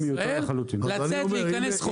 לצאת ולהיכנס חופשי.